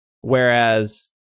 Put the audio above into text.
whereas